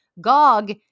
gog